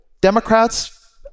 democrats